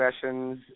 sessions